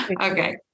Okay